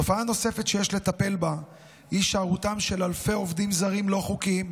תופעה נוספת שיש לטפל בה היא הישארותם של אלפי עובדים זרים לא חוקיים,